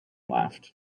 left